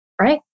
right